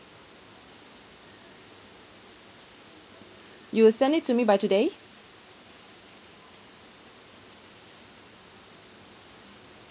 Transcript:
you will send it to me by today